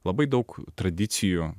labai daug tradicijų